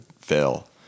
fail